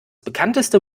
bekannteste